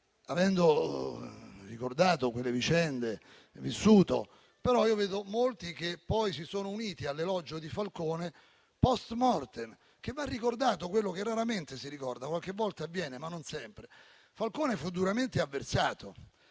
Avendo ricordato e vissuto quelle vicende, vedo però molti che poi si sono uniti all'elogio di Falcone *post mortem*. Va ricordato quello che raramente si ricorda; qualche volta avviene, ma non sempre. Falcone fu duramente avversato.